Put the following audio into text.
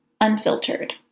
unfiltered